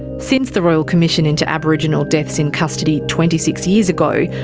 since the royal commission into aboriginal deaths in custody twenty six years ago,